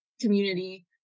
community